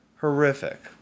Horrific